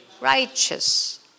righteous